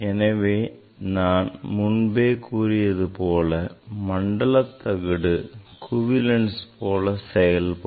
எனவே நான் முன்பே கூறியது போல மண்டல தகடு குவிலென்சு போல செயல்படும்